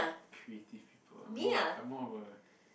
creative people more I'm more of a